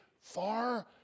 far